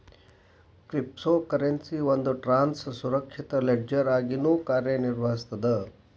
crypto currency ಒಂದ್ ಟ್ರಾನ್ಸ್ನ ಸುರಕ್ಷಿತ ಲೆಡ್ಜರ್ ಆಗಿನೂ ಕಾರ್ಯನಿರ್ವಹಿಸ್ತದ